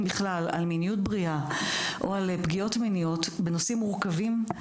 בכלל על מיניות בריאה או על פגיעות מיניות בנושאים מורכבים,